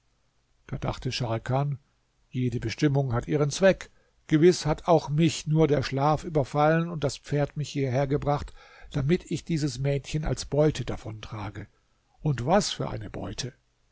da dachte scharkan jede bestimmung hat ihren zweck gewiß hat auch mich nur der schlaf überfallen und das pferd mich hierhergebracht damit ich dieses mädchen als beute davontrage und was für eine beute